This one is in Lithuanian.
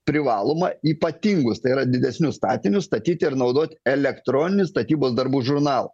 privaloma ypatingus tai yra didesnius statinius statyti ar naudot elektroninį statybos darbų žurnalą